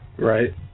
Right